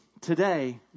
today